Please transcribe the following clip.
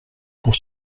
pour